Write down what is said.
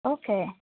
okay